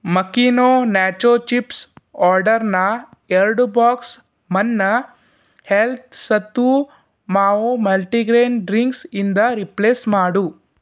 ಮಕೀನೊ nacho chips ಆರ್ಡರನ್ನ ಎರಡು box ಮನ್ನಾ ಹೆಲ್ತ್ ಸತು ಮಾವು ಮಲ್ಟಿಗ್ರೇನ್ ಡ್ರಿಂಕ್ಸ್ಯಿಂದ ರೀಪ್ಲೇಸ್ ಮಾಡು